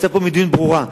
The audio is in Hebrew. צריך פה מדיניות ברורה.